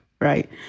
Right